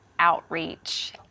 outreach